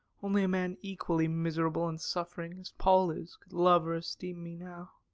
only a man equally miserable and suffering, as paul is, could love or esteem me now.